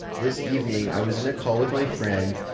this evening, i was in a call with my friend.